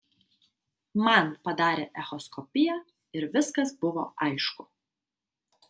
man padarė echoskopiją ir viskas buvo aišku